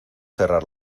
cerrar